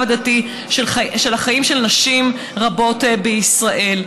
הדתי של החיים של נשים רבות בישראל.